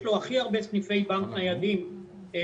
לו הכי הרבה סניפי בנק ניידים במערכת.